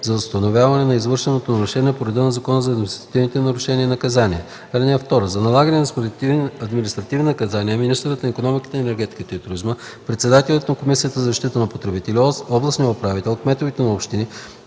за установяване на извършено нарушение по реда на Закона за административните нарушения и наказания. (2) За налагане на административни наказания министърът на икономиката, енергетиката и туризма, председателят на Комисията за защита на потребителите, областните управители, кметовете на общини